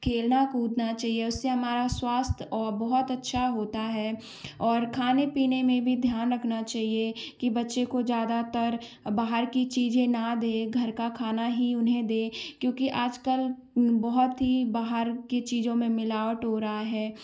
खेलना कूदना चाहिए उससे हमारा स्वास्थ और बहुत अच्छा होता है और खाने पीने में भी ध्यान रखना चाहिए कि बच्चे को ज़्यादातर बाहर कि चीज़ें न दें घर का खाना ही उन्हें दें क्योंकि आजकल बहुत ही बाहर की चीज़ों में मिलावट हो रहा है